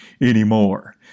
anymore